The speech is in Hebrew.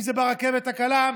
אם זה ברכבת הקלה,